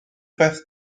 beth